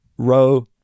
row